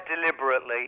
deliberately